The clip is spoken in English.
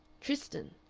tristan.